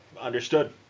understood